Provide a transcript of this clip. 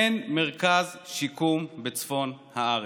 אין מרכז שיקום בצפון הארץ.